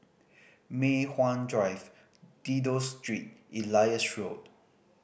Mei Hwan Drive Dido Street Elias Road